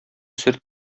сер